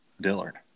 Dillard